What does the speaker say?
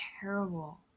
terrible